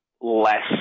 less